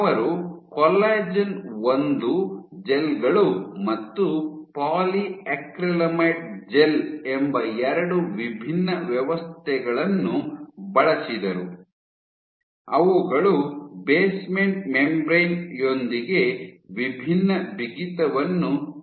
ಅವರು ಕೊಲ್ಲಾಜೆನ್ ಒಂದು ಜೆಲ್ ಗಳು ಮತ್ತು ಪಾಲಿಯಾಕ್ರಿಲಾಮೈಡ್ ಜೆಲ್ ಎಂಬ ಎರಡು ವಿಭಿನ್ನ ವ್ಯವಸ್ಥೆಗಳನ್ನು ಬಳಸಿದರು ಅವುಗಳು ಬೇಸ್ಮೆಂಟ್ ಮೆಂಬ್ರೇನ್ ಯೊಂದಿಗೆ ವಿಭಿನ್ನ ಬಿಗಿತವನ್ನು ಹೊಂದಿವೆ